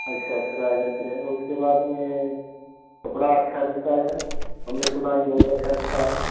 अच्छा फिर आ जाते हैं उसके बाद में कपड़ा अच्छा मिलता है सर हमने सुना है जो बहुत अच्छा मिलता है